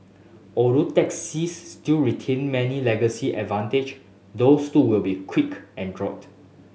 although taxis still retain many legacy advantage those too will be quick erod